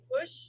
push